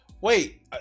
wait